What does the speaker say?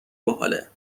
باحاله